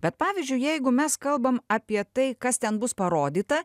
bet pavyzdžiui jeigu mes kalbam apie tai kas ten bus parodyta